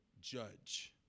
judge